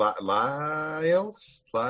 Lyles